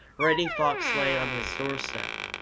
reddy fox lay on his doorstep.